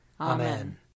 Amen